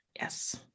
Yes